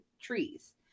trees